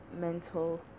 mental